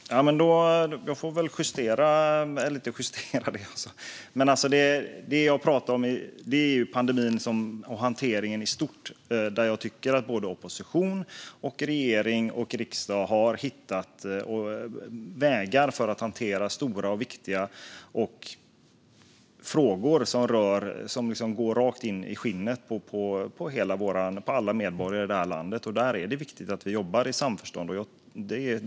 Fru talman! Då får jag väl justera det jag sa. Eller inte justera, men det jag pratar om är pandemihanteringen i stort. Där tycker jag att opposition, regering och riksdag har hittat vägar att hantera stora och viktiga frågor som går rakt in i skinnet på alla medborgare i landet. Där är det viktigt att vi jobbar i samförstånd.